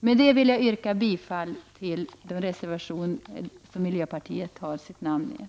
Med detta vill jag yrka bifall till de reservationer som miljöpartiets ledamot i utskottet har undertecknat.